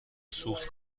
سوخت